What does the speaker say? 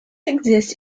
exist